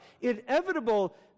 Inevitable